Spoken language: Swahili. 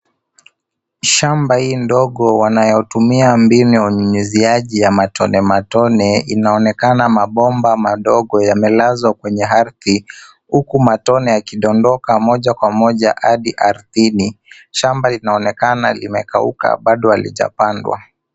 Shamba hii dogo wanayotumia mbinu ya unyunyuziaji matone matone inaonekana mabomba madogo yamelazwa kwenye ardhi uku matone yakidondoka moja kwa moja hadi ardhini. Shamba linaonekana limekauka bado halijapadwa.